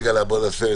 הפסקה,